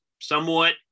somewhat